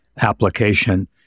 application